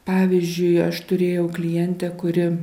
pavyzdžiui aš turėjau klientę kuri